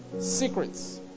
secrets